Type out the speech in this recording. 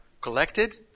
collected